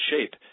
shape